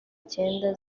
cyenda